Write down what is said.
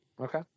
Okay